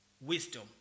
wisdom